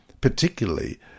particularly